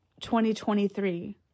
2023